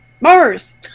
Mars